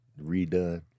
redone